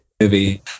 movie